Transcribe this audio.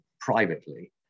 privately